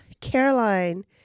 Caroline